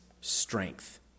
strength